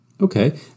Okay